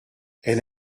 elle